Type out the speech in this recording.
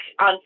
on